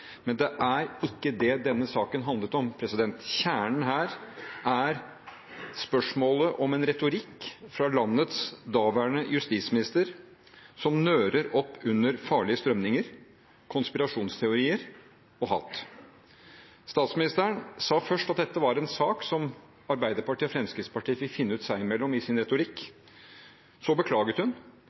Men det er ikke det denne saken handler om. Kjernen her er spørsmålet om retorikken fra landets daværende justisminister nører opp under farlige strømninger, konspirasjonsteorier og hat. Statsministeren sa først at dette var en sak om Arbeiderpartiets og Fremskrittspartiets retorikk, som de fikk finne ut av seg imellom. Så beklaget hun.